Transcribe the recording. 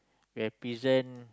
represent